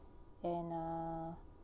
and uh